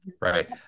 Right